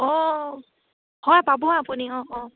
অঁ হয় পাব আপুনি অঁ অঁ